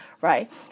right